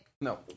No